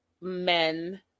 men